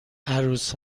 عروس